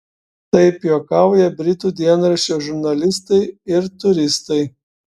taip juokauja britų dienraščio žurnalistai ir turistai